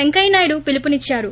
వెంకయ్య నాయుడు పిలుపునిచ్చారు